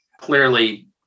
Clearly